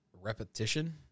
repetition